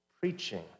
preaching